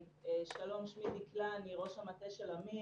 שלום, שמי דקלה, אני ראש המטה של אמיר.